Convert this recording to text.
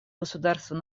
государства